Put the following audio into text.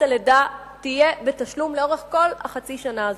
הלידה תהיה בתשלום לאורך כל החצי שנה הזאת,